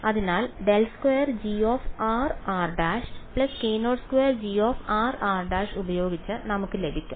അതിനാൽ ∇2grr′ k02grr′ ഉപയോഗിച്ച് നമുക്ക് ലഭിക്കും